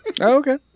okay